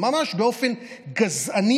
ממש באופן גזעני,